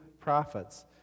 prophets